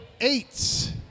eight